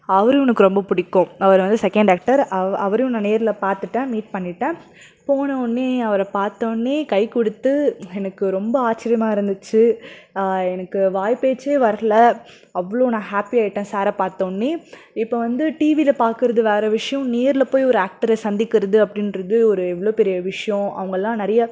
அவரும் எனக்கு ரொம்ப பிடிக்கும் அவர் வந்து செகேண்ட் ஆக்ட்டர் அ அவரையும் நான் நேரில் பார்த்துட்டேன் மீட் பண்ணிவிட்டேன் போனவொன்னே அவரை பார்த்தோன்னே கைகொடுத்து எனக்கு ரொம்ப ஆச்சிரியமாக இருந்துச்சு எனக்கு வாய் பேச்சே வரல அவ்வளோ நான் ஹேப்பியாயிவிட்டேன் சாரை பார்த்தோன்னே இப்போ வந்து டிவியில பார்க்குறது வேறு விஷயம் நேரில் போய் ஒரு ஆக்ட்டரை சந்திக்கிறது அப்படின்றது ஒரு எவ்வளோ பெரிய விஷயம் அவங்கள்லாம் நிறைய